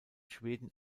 schweden